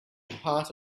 part